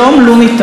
לו ניתן.